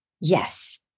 Yes